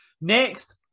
next